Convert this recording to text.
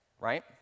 right